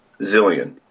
Zillion